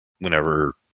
whenever